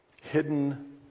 hidden